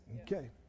Okay